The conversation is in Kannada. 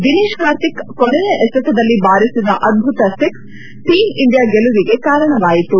ದಿನೇಶ್ ಕಾರ್ತಿಕ್ ಕೊನೆಯ ಎಸೆತದಲ್ಲಿ ಬಾರಿಸಿದ ಅದ್ಲುತ ಸಿಕ್ಸೆ ಟೀಮ್ ಇಂಡಿಯಾ ಗೆಲುವಿಗೆ ಕಾರಣವಾಯಿತು